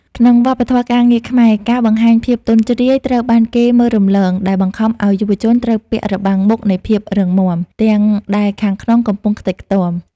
ក្នុងវប្បធម៌ការងារខ្មែរ ការបង្ហាញភាពទន់ជ្រាយត្រូវបានគេមើលរំលង ដែលបង្ខំឱ្យយុវជនត្រូវពាក់ "របាំងមុខនៃភាពរឹងមាំ" ទាំងដែលខាងក្នុងកំពុងខ្ទេចខ្ទាំ